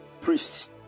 priests